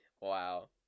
wow